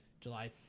July